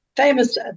Famous